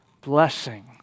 blessing